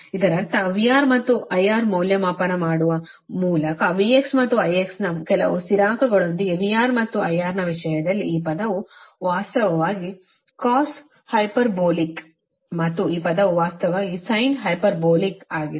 ಇದರರ್ಥ VR IR ಮೌಲ್ಯಮಾಪನ ಮಾಡುವ ಮೂಲಕ V ಮತ್ತು I ಕೆಲವು ಸ್ಥಿರಾಂಕಗಳೊಂದಿಗೆ VR ಮತ್ತು IR ವಿಷಯದಲ್ಲಿ ಈ ಪದವು ವಾಸ್ತವವಾಗಿ ಕಾಸ್ ಹೈಪರ್ಬೋಲಿಕ್ ಮತ್ತು ಈ ಪದವು ವಾಸ್ತವವಾಗಿ ಸೈನ್ ಹೈಪರ್ಬೋಲಿಕ್ ಆಗಿದೆ